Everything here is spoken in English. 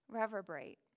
reverberate